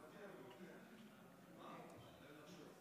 תן לחשוב.